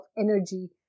energy